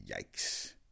Yikes